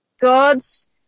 God's